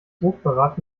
hochverrat